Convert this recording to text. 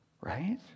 Right